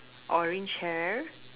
orange hair